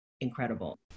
incredible